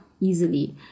easily